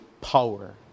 power